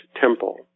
temple